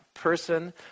person